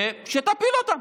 שתפיל אותה.